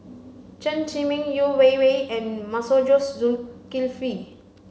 Chen Zhiming Yeo Wei Wei and Masagos Zulkifli